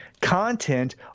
content